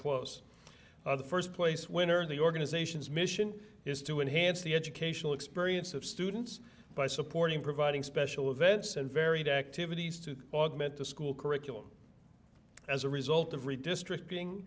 close the first place winner in the organization's mission is to enhance the educational experience of students by supporting providing special events and varied activities to augment the school curriculum as a result of redistricting